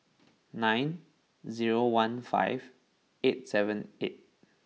nine zero one five eight seven eight